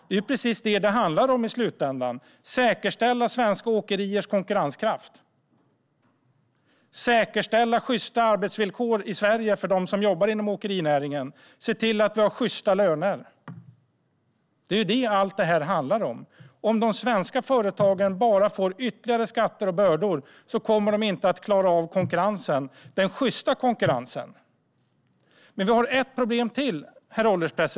Det är precis vad det handlar om i slutänden, om att säkerställa svenska åkeriers konkurrenskraft, att säkerställa sjysta arbetsvillkor i Sverige för dem som jobbar inom åkerinäringen och att se till att vi har sjysta löner. Det är vad allt det här handlar om. Men om de svenska företagen bara får ytterligare skatter och bördor kommer de inte att kunna klara av konkurrensen, den sjysta konkurrensen. Vi har dock ett problem till.